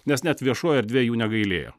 nes net viešoj erdvėj jų negailėjo